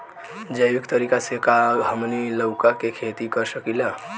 जैविक तरीका से का हमनी लउका के खेती कर सकीला?